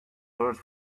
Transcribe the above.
earth